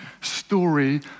story